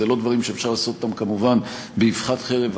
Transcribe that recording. אלה לא דברים שאפשר לעשות כמובן באבחת חרב.